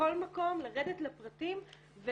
בכל מקום, לרדת לפרטים.